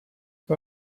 you